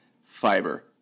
fiber